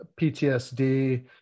PTSD